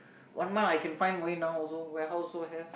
one month I can find for you now also warehouse also have